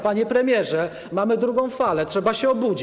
Panie premierze, mamy drugą falę, trzeba się obudzić.